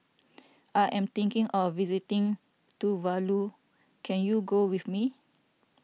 I am thinking of visiting Tuvalu can you go with me